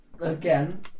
Again